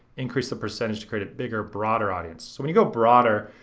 increase the percentage to create a bigger, broader audience. so when you go broader,